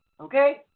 Okay